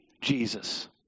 Jesus